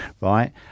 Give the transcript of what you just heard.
right